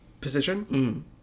position